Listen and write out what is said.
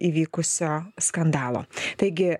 įvykusio skandalo taigi